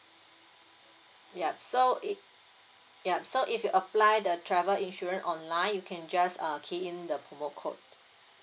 yup so it yup so if you apply the travel insurance online you can just uh key in the promo code